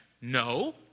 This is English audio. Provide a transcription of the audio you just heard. No